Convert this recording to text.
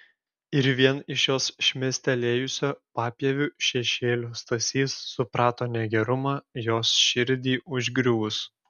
ir vien iš jos šmėstelėjusio papieviu šešėlio stasys suprato negerumą jos širdį užgriuvus